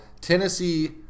Tennessee